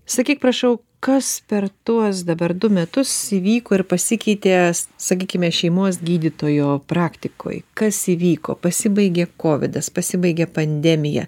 sakyk prašau kas per tuos dabar du metus įvyko ir pasikeitė sakykime šeimos gydytojo praktikoj kas įvyko pasibaigė kovidas pasibaigė pandemija